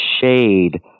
shade